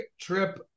trip